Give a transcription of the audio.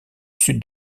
sud